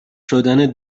شدن